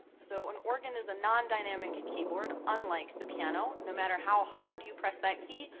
so, an organ is a non-dynamic keyboard, unlike the piano, no matter how hard you press that key,